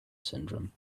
syndrome